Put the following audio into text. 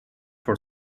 for